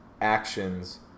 actions